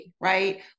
right